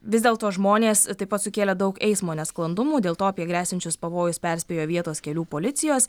vis dėlto žmonės taip pat sukėlė daug eismo nesklandumų dėl to apie gresiančius pavojus perspėjo vietos kelių policijos